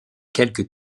quelques